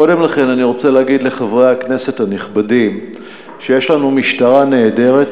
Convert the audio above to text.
קודם כול אני רוצה להגיד לחברי הכנסת הנכבדים שיש לנו משטרה נהדרת,